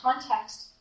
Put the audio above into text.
context